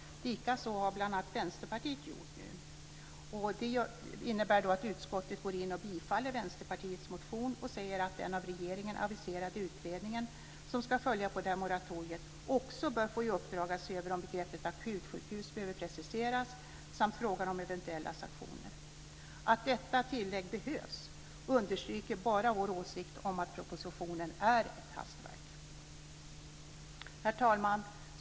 Likaså har bl.a. Vänsterpartiet gjort det nu. Det innebär att utskottet går in och tillstyrker Vänsterpartiets motion. Man säger att den av regeringen aviserade utredningen som ska följa på det här moratoriet också bör få i uppdrag att se över om begreppet akutsjukhus behöver preciseras samt frågan om eventuella sanktioner. Att detta tillägg behövs understryker bara vår åsikt om att propositionen är ett hastverk. Herr talman!